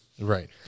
Right